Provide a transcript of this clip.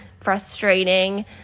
frustrating